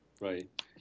Right